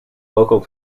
local